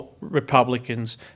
Republicans